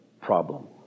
problem